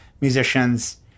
musicians